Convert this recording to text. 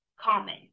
common